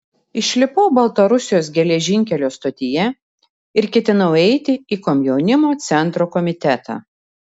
išlipau baltarusijos geležinkelio stotyje ir ketinau eiti į komjaunimo centro komitetą